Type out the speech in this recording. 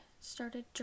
started